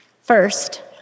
First—